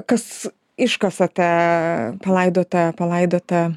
kas iškasate palaidotą palaidotą